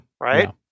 right